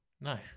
No